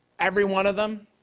everyone of them,